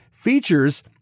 features